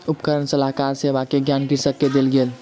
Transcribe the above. उपकरण सलाहकार सेवा के ज्ञान कृषक के देल गेल